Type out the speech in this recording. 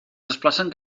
desplacen